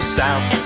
south